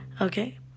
Okay